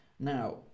Now